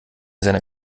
seiner